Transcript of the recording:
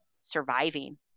surviving